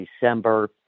december